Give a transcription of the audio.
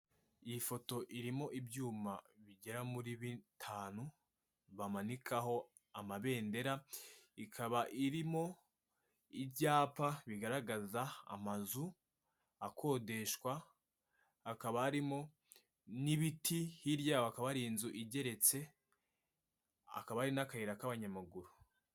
Iyi foto irimo ibyuma bigera muri bitanu bamanikaho amabendera, ikaba irimo ibyapa bigaragaza amazu akodeshwa, hakaba harimo n'ibiti hirya yaho hakaba inzu igeretse, hakaba hari n'akayira k'abanyamaguru.